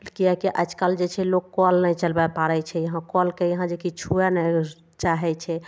किएक कि आजकल जे छै लोक कल नहि चलबऽ पाड़य छै यहाँ कलके यहाँ जे कि छुवै नहि चाहय छै